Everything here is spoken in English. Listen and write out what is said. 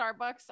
Starbucks